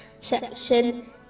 section